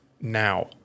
now